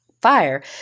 fire